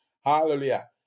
Hallelujah